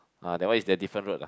ah that one is the different road lah